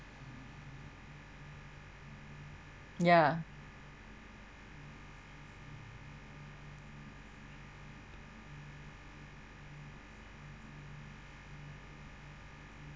ya